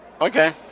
Okay